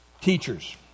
teachers